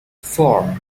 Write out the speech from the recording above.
four